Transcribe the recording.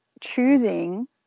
choosing